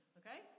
okay